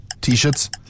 t-shirts